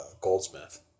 Goldsmith